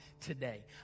today